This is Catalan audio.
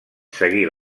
seguir